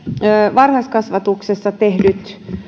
varhaiskasvatuksessa tehdyt